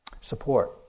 support